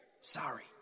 Sorry